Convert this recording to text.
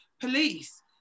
police